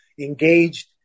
engaged